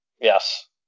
Yes